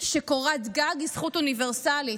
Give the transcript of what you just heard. שקורת גג היא זכות אוניברסלית.